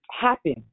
happen